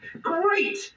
Great